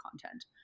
content